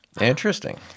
Interesting